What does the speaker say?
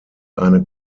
eine